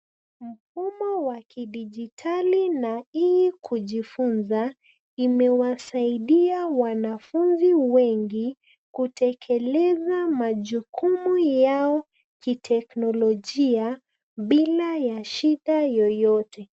Mfumo wa kidijitali na e-kujifunza imewasaidia wanafunzi wengi kutekeleza majukumu yao kiteknolojia bila ya shida yoyote.